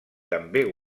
també